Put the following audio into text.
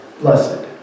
blessed